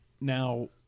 Now